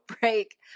break